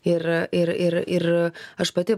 ir ir ir ir aš pati